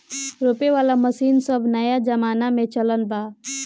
रोपे वाला मशीन सब नया जमाना के चलन बा